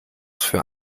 für